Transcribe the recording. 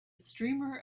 streamer